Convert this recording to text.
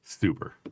Super